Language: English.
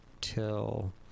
till